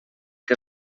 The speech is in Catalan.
que